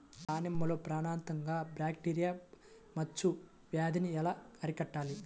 దానిమ్మలో ప్రాణాంతక బ్యాక్టీరియా మచ్చ వ్యాధినీ ఎలా అరికట్టాలి?